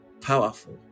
Powerful